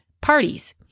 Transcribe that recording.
parties